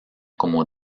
como